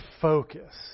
focus